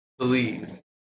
please